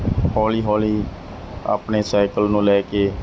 ਹੌਲੀ ਹੌਲੀ ਆਪਣੇ ਸਾਈਕਲ ਨੂੰ ਲੈ ਕੇ